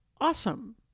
awesome